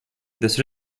this